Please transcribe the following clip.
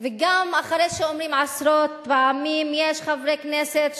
וגם אחרי שאומרים עשרות פעמים יש חברי כנסת שאומרים: